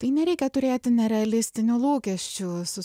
tai nereikia turėti nerealistinių lūkesčių su